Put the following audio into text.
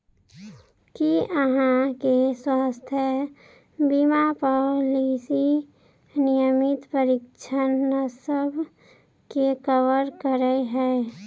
की अहाँ केँ स्वास्थ्य बीमा पॉलिसी नियमित परीक्षणसभ केँ कवर करे है?